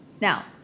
Now